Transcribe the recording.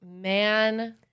man